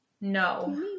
No